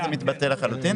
זה מתבטל לחלוטין.